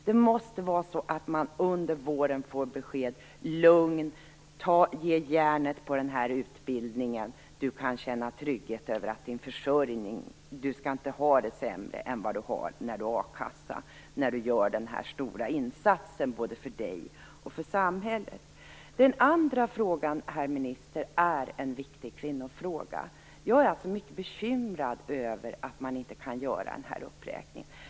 Det måste vara så att man får besked under våren att man kan vara lugn, ge järnet på utbildningen och känna trygghet över sin försörjning. Människor måste få besked om att när de gör den här stora insatsen både för sig själv och för samhället kommer de inte att få det sämre än när de har a-kassa. Den andra frågan är en viktig kvinnofråga, herr minister. Jag är mycket bekymrad över att man inte kan göra den här uppräkningen.